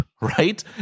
right